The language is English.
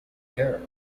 care